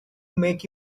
make